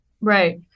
Right